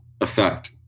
effect